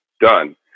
done